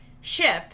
ship